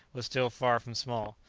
was still far from small.